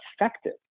effective